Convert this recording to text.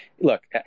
look